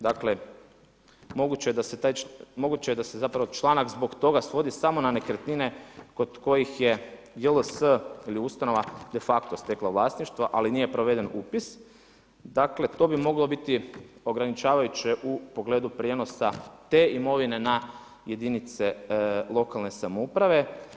Dakle, moguće je da se članak zbog toga svodi samo na nekretnine kod kojih je GLS ili ustanova defakto stekla vlasništva, ali nije proveden upis, dakle to bi moglo biti ograničavajuće u pogledu prijenosa te imovine na jedinice lokalne samouprave.